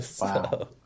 Wow